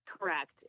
Correct